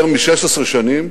יותר מ-16 שנים,